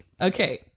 okay